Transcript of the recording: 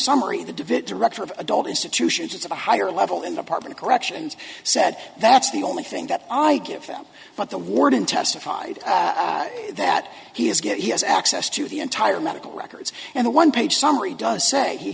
summary the devitt director of adult institutions is a higher level in department of corrections said that's the only thing that i give him but the warden testified that he is good he has access to the entire medical records and the one page summary does say he